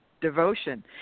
devotion